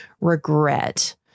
regret